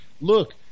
Look